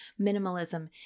minimalism